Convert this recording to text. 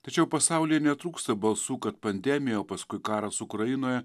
tačiau pasaulyje netrūksta balsų kad pandemija o paskui karas ukrainoje